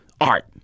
art